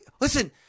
Listen